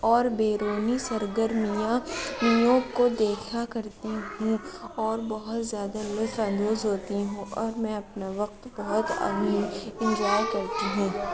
اور بیرونی سرگرمیاں میوں کو دیکھا کرتی ہوں اور بہت زیادہ لطف اندوز ہوتی ہوں اور میں اپنا وقت بہت انجوائے کرتی ہوں